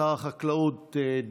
שר החקלאות,